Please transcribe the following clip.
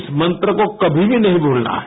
इस मंत्र को कमी भी नहीं भूलना है